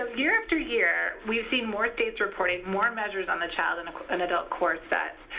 um year after year, we've seen more states reporting more measures on the child and and adult core sets.